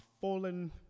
fallen